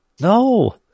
No